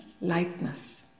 Lightness